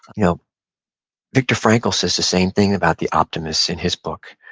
you know viktor frankl says the same thing about the optimists in his book.